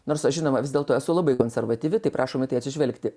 nors aš žinoma vis dėlto esu labai konservatyvi tai prašom į tai atsižvelgti